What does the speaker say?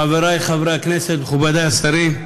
חברי חברי הכנסת, מכובדי השרים,